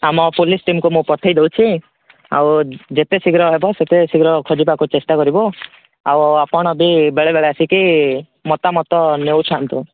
ହଁ ଆମ ପୋଲିସ୍ ଟିମ୍କୁ ମୁଁ ପଠେଇ ଦେଉଛି ଆଉ ଯେତେ ଶୀଘ୍ର ହେବ ସେତେ ଶୀଘ୍ର ଖୋଜିବାକୁ ଚେଷ୍ଟା କରିବୁ ଆଉ ଆପଣ ବି ବେଳେ ବେଳେ ଆସିକି ମତାମତ ନେଉଥାନ୍ତୁ